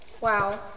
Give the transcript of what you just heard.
Wow